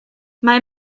mae